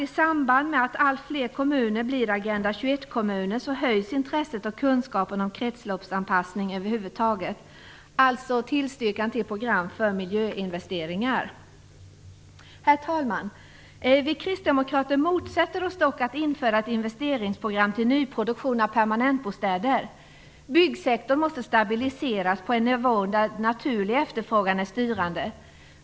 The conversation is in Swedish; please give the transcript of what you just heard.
21-kommuner höjs intresset och kunskapen om kretsloppsanpassning över huvud taget. Vi kristdemokrater tillstyrker alltså program för miljöinvesteringar. Herr talman! Vi kristdemokrater motsätter oss dock att det införs ett investeringsbidrag till nyproduktion av permanentbostäder. Byggsektorn måste stabiliseras på en nivå där naturlig efterfrågan är styrande.